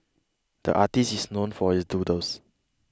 the artist is known for his doodles